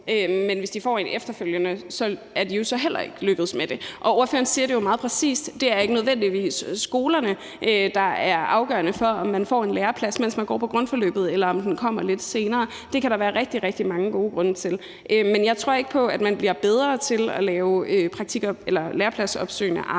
hvis de får den efterfølgende, er man jo så heller ikke lykkedes med det. Spørgeren siger det jo meget præcist, nemlig at det ikke nødvendigvis er skolerne, der er afgørende for, om man får en læreplads, mens man går på grundforløbet, eller om man får den lidt senere. Det kan der være rigtig, rigtig mange gode grunde til. Men jeg tror ikke på, at man bliver bedre til at lave lærepladsopsøgende arbejde